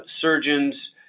surgeons